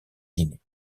guinée